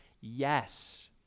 Yes